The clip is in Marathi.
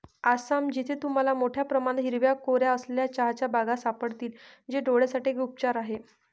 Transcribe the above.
आसाम, जिथे तुम्हाला मोठया प्रमाणात हिरव्या कोऱ्या असलेल्या चहाच्या बागा सापडतील, जे डोळयांसाठी एक उपचार आहे